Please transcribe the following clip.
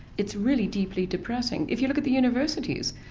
it's really deeply depressing. if you look at the universities,